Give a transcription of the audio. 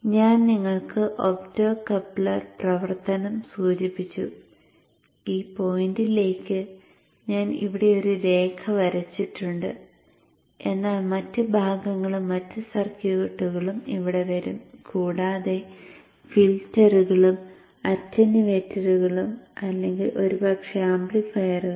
ഞാൻ നിങ്ങൾക്ക് ഒപ്റ്റോകപ്ലർ പ്രവർത്തനം സൂചിപ്പിച്ചു ഈ പോയിന്റിലേക്ക് ഞാൻ ഇവിടെ ഒരു രേഖ വരച്ചിട്ടുണ്ട് എന്നാൽ മറ്റ് ഭാഗങ്ങളും മറ്റ് സർക്യൂട്ടുകളും ഇവിടെ വരും കൂടാതെ ഫിൽട്ടറുകളും അറ്റൻവേറ്ററുകളും അല്ലെങ്കിൽ ഒരുപക്ഷേ ആംപ്ലിഫയറുകളും